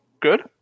good